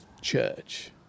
church